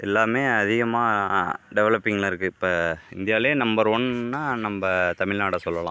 எல்லாமே அதிகமாக டெவலபிங்கில் இருக்குது இப்போ இந்தியாவிலே நம்பர் ஒன்றா நம்ம தமிழ்நாடை சொல்லலாம்